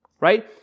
right